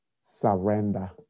surrender